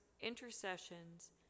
intercessions